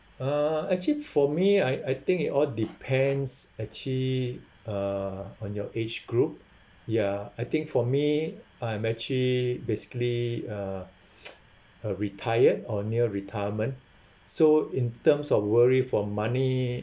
uh actually for me I I think it all depends actually uh on your age group ya I think for me I'm actually basically a a retired or near retirement so in terms of worry for money